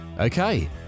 okay